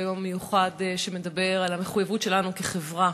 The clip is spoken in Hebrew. ביום המיוחד שמדבר על המחויבות שלנו כחברה